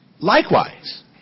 Likewise